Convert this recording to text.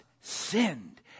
sinned